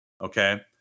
Okay